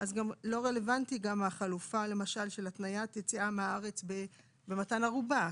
אז גם לא רלוונטי החלופה למשל של התניית יציאה מהארץ במתן ערובה,